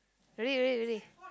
really really really